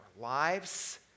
lives